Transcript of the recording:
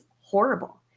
horrible